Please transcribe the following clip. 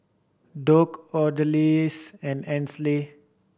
Dock Odalis and Ainsley